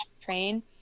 train